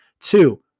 Two